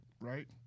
right